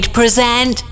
present